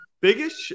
biggest –